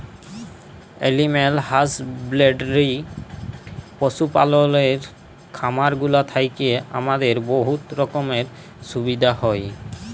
animal husbandry পশু পাললের খামারগুলা থ্যাইকে আমাদের বহুত রকমের সুবিধা হ্যয়